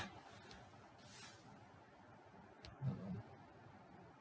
uh um